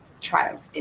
triumph